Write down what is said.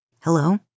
Hello